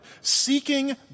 seeking